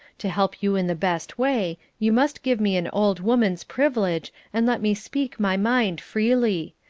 to help you in the best way, you must give me an old woman's privilege, and let me speak my mind freely.